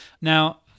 Now